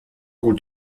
gut